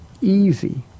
easy